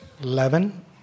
eleven